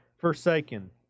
forsaken